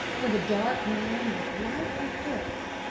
for the dark man was light of foot,